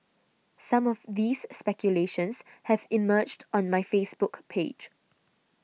some of these speculations have emerged on my Facebook page